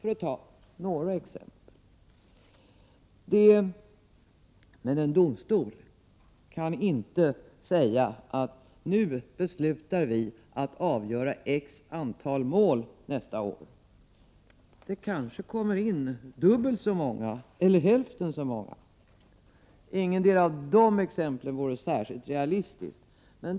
En domstol kan emellertid inte säga att nu beslutar vi att avgöra x antal mål nästa år. Det kanske kommer in dubbelt så många mål eller hälften så många. Ingetdera av exemplen vore särskilt realistiskt.